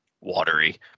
watery